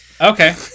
Okay